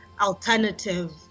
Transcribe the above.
alternative